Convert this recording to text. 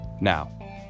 now